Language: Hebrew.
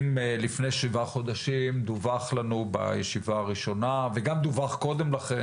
אם לפני שבעה חודשים דווח לנו בישיבה הראשונה וגם דווח קודם לכן